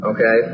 Okay